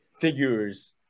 figures